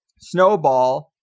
snowball